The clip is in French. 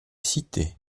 cité